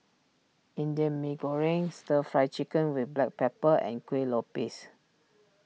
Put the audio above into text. Indian Mee Goreng Stir Fry Chicken with Black Pepper and Kueh Lopes